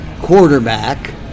quarterback